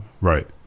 Right